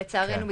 לצערנו,